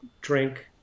drink